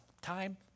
time